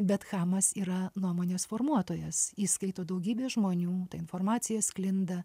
bet chamas yra nuomonės formuotojas jį skaito daugybė žmonių ta informacija sklinda